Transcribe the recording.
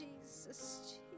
Jesus